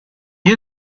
you